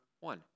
one